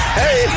hey